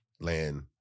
land